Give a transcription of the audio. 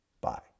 Bye